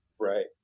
Right